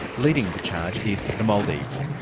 leading the charge is the maldives.